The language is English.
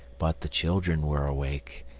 but the children were awake,